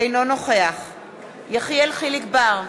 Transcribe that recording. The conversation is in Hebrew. אינו נוכח יחיאל חיליק בר,